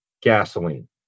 gasoline